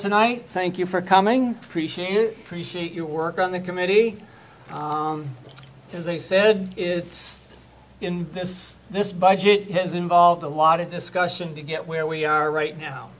tonight thank you for coming appreciate your work on the committee because they said it's in this this budget has involved a lot of discussion to get where we are right now